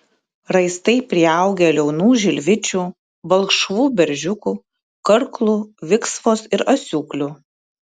raistai priaugę liaunų žilvičių balkšvų beržiukų karklų viksvos ir asiūklių